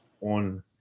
on